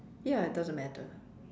ya it doesn't matter